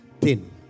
thin